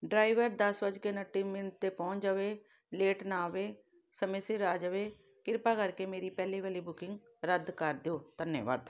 driver ਦਸ ਵੱਜ ਕੇ ਉਨੱਤੀ ਮਿੰਟ 'ਤੇ ਪਹੁੰਚ ਜਾਵੇ ਲੇਟ ਨਾ ਆਵੇ ਸਮੇਂ ਸਿਰ ਆ ਜਾਵੇ ਕਿਰਪਾ ਕਰਕੇ ਮੇਰੀ ਪਹਿਲੇ ਵਾਲੀ ਬੁਕਿੰਗ ਰੱਦ ਕਰ ਦਿਓ ਧੰਨਵਾਦ